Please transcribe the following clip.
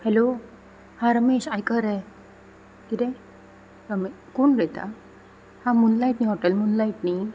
hello हा रमेश आयक रे किदें रमे कोण उलयता हा मुनलायट न्ही हॉटॅल मुनलायट न्ही